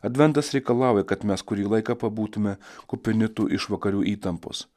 adventas reikalauja kad mes kurį laiką pabūtume kupini tų išvakarių įtampos